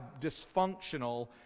dysfunctional